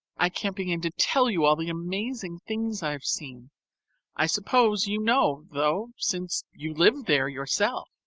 i can't begin to tell you all the amazing things i've seen i suppose you know, though, since you live there yourself.